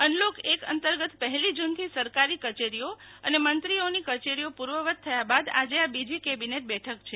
unlock એક અંતર્ગત પહેલી જૂનથી સરકારી કચેરીઓ અને મંત્રીશ્રીઓની કચેરીઓ પૂર્વવત થયા બાદ આજે આ બીજી કેબિનેટ બેઠક છે